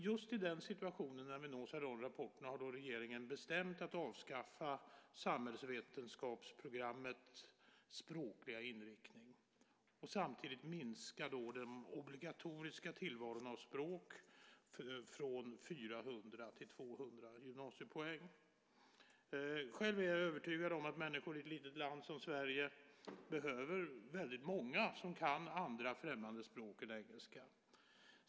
Just när vi nåtts av de rapporterna har regeringen bestämt att avskaffa samhällsvetenskapsprogrammets språkliga inriktning och samtidigt minska de obligatoriska tillvalen av språk från 400 till 200 gymnasiepoäng. Själv är jag övertygad om att ett litet land som Sverige behöver väldigt många som kan andra främmande språk än engelska.